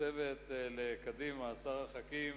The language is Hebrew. כותבת לקדימה שרה חכים